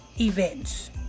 events